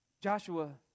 Joshua